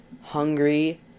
hungry